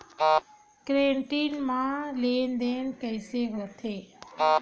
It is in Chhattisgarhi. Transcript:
क्रेडिट मा लेन देन कइसे होथे?